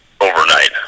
overnight